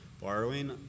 Borrowing